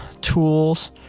tools